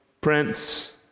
Prince